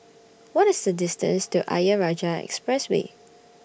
What IS The distance to Ayer Rajah Expressway